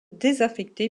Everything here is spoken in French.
désaffecté